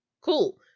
Cool